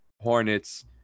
Hornets